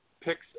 picks